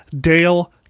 Dale